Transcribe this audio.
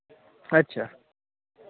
अच्छा